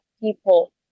people